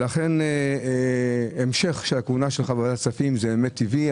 לכן המשך הכהונה שלך בוועדה הכספים הוא טבעי.